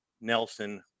Nelson